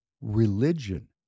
religion